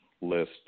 list